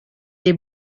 est